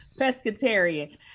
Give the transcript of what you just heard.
pescatarian